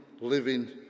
living